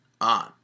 on